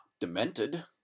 demented